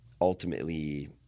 ultimately